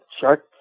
shark